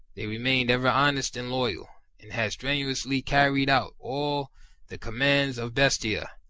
they remained ever honest and loyal, and had strenuously carried out all the com mands of bestia,